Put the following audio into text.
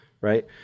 right